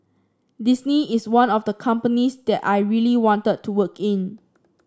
Disney is one of the companies that I really wanted to work in